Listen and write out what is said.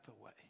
away